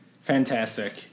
Fantastic